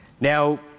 Now